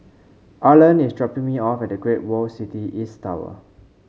Arland is dropping me off at Great World City East Tower